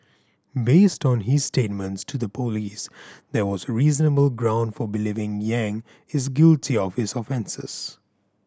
based on his statements to the police there was reasonable ground for believing Yang is guilty of his offences